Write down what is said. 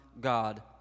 God